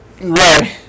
Right